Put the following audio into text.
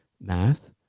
math